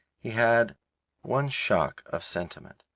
he had one shock of sentiment,